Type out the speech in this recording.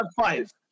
five